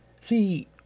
See